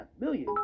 million